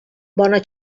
bona